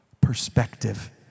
perspective